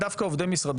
בנושא הכוח המשחית,